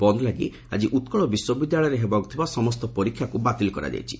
ବନ୍ଦ ଲାଗି ଆକି ଉକ୍ଳ ବିଶ୍ୱବିଦ୍ୟାଳୟରେ ହେବାକୁ ଥିବା ସମସ୍ତ ପରୀକ୍ଷାକୁ ବାତିଲ କରାଯାଇଛି